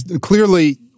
Clearly